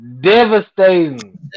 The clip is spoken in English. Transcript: Devastating